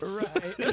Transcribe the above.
right